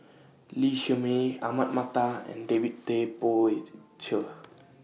Lee Shermay Ahmad Mattar and David Tay Poey Cher